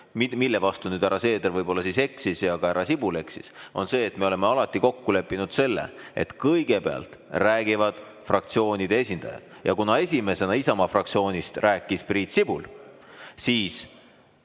mille vastu härra Seeder võib‑olla eksis ja ka härra Sibul eksis, on see, et me oleme alati kokku leppinud, et kõigepealt räägivad fraktsioonide esindajad. Ja kuna esimesena Isamaa fraktsioonist rääkis Priit Sibul, siis